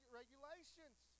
regulations